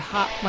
Hot